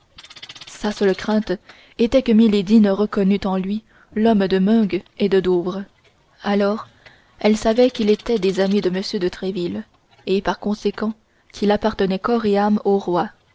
sa seule crainte était que milady ne reconnût en lui l'homme de meung et de douvres alors elle saurait qu'il était des amis de m de tréville et par conséquent qu'il appartenait corps et âme au roi